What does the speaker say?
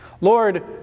Lord